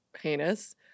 heinous